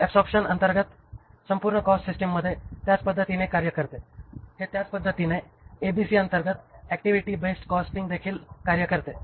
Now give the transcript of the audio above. हे ऍबसॉरबशन अंतर्गत किंवा संपूर्ण कॉस्ट सिस्टिममध्ये त्याच पद्धतीने कार्य करते हे त्याच पद्धतीने ABC अंतर्गत ऍक्टिव्हिटी बेस्ड कॉस्टिंग देखील कार्य करते